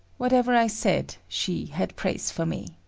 whatever i said, she had praise for me.